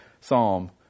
Psalm